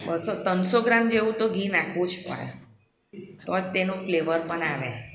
બસો ત્રણસો ગ્રામ જેવું તો ઘી નાખવું જ પડે તો જ તેનું ફ્લેવર પણ આવે